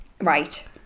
Right